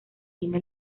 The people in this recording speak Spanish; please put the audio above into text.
tiene